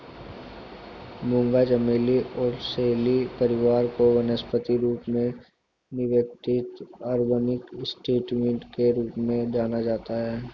मूंगा चमेली ओलेसी परिवार से वानस्पतिक रूप से निक्टेन्थिस आर्बर ट्रिस्टिस के रूप में जाना जाता है